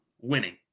winning